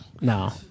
No